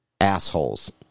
assholes